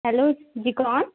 hello جی کون